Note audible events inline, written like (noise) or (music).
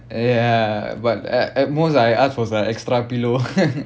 ya but at at most I ask was an extra pillow (noise)